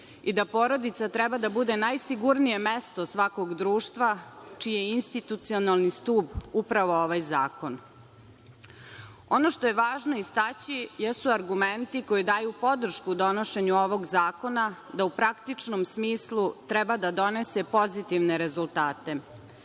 i da porodica treba da bude najsigurnije mesto svakog društva čiji je institucionalni stub upravo ovaj zakon. Ono što je važno istaći jesu argumenti koji daju podršku donošenju ovog zakona da u praktičnom smislu treba da donese pozitivne rezultate.